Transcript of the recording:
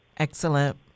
Excellent